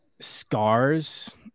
scars